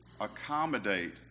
accommodate